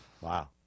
Wow